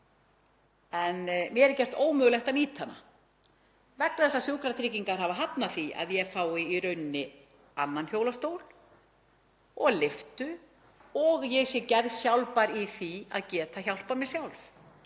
en mér er gert ómögulegt að nýta hana vegna þess að Sjúkratryggingar hafa hafnað því að ég fái annan hjólastól og lyftu og ég sé gerð sjálfbær í því að geta hjálpað mér sjálf.